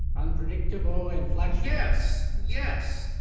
unpredictable and like yes! yes!